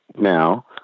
now